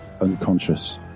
unconscious